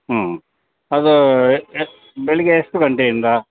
ಹ್ಞೂ ಅದೂ ಬೆಳಗ್ಗೆ ಎಷ್ಟು ಗಂಟೆಯಿಂದ